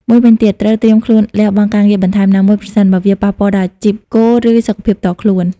មួយវិញទៀតត្រូវត្រៀមខ្លួនលះបង់ការងារបន្ថែមណាមួយ ប្រសិនបើវាប៉ះពាល់ដល់អាជីពគោល ឬសុខភាពផ្ទាល់ខ្លួន។